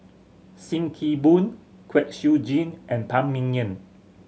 Sim Kee Boon Kwek Siew Jin and Phan Ming Yen